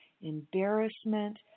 embarrassment